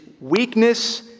weakness